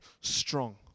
strong